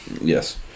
Yes